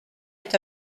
est